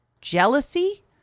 jealousy